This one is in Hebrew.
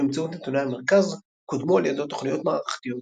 באמצעות נתוני המרכז קודמו על ידו תוכניות מערכתיות